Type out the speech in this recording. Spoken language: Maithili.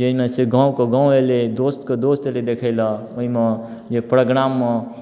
जाहिमे से गाँवके गाँव अयलै दोस्तके दोस्त अयलै दखयलेल ओहिमे जे प्रोग्राममे